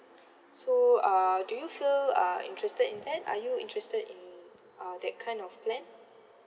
so uh do you feel uh interested in that are you interested in uh that kind of plan